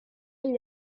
gli